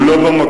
הוא לא במקום,